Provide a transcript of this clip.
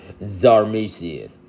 Zarmesian